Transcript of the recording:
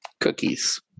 Cookies